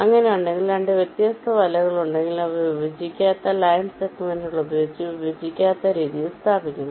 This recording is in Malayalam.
അങ്ങനെയുണ്ടെങ്കിൽ 2 വ്യത്യസ്ത വലകൾ ഉണ്ടെങ്കിൽ അവ വിഭജിക്കാത്ത ലൈൻ സെഗ്മെന്റുകൾ ഉപയോഗിച്ച് വിഭജിക്കാത്ത രീതിയിൽ സ്ഥാപിക്കണം